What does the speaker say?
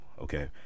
Okay